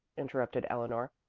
interrupted eleanor.